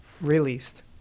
Released